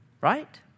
Right